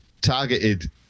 targeted